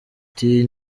ati